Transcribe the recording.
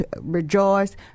rejoice